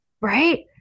Right